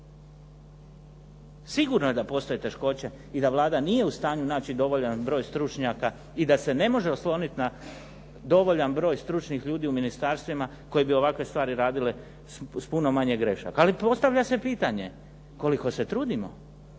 Sigurno je da postoje teškoće i da Vlada nije u stanju naći dovoljan broj stručnjaka i da se ne može osloniti na dovoljan broj stručnih ljudi u ministarstvima koji bi ovakve stvari radili s puno manje grešaka, ali postavlja se pitanje koliko se trudimo